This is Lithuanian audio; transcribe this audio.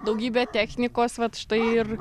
daugybė technikos vat štai ir